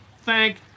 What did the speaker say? thank